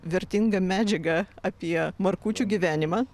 vertinga medžiaga apie markučių gyvenimą